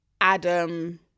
Adam